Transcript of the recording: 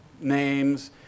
names